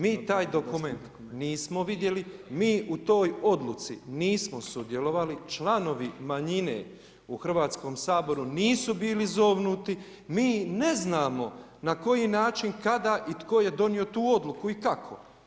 Mi taj dokument nismo vidjeli, mi u toj odluci nismo sudjelovali, članovi manjine u Hrvatskom saboru nisu bili zovnuti, mi ne znamo na koji način, kada i tko je donio tu odluku i kako.